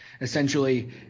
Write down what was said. essentially